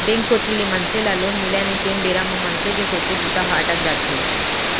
bank कोती ले मनसे ल लोन मिलय नई तेन बेरा म मनसे के सोचे बूता ह अटक जाथे